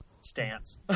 stance